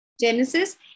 Genesis